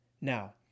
Now